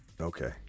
Okay